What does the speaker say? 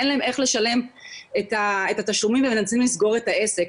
אין להם איך לשלם את התשלומים והם נאלצים לסגור את העסק.